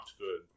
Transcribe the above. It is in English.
good